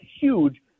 huge